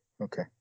okay